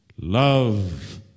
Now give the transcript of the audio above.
Love